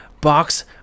box